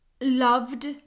loved